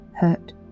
Hurt